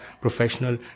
professional